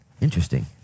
Interesting